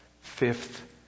fifth